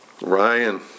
Ryan